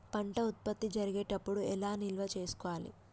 పంట ఉత్పత్తి జరిగేటప్పుడు ఎలా నిల్వ చేసుకోవాలి?